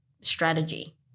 strategy